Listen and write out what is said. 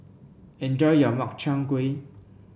enjoy your Makchang Gui